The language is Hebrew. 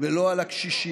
ולא על הקשישים,